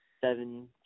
seven